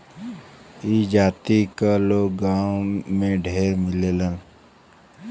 ई जाति क लोग गांव में ढेर मिलेलन